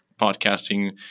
podcasting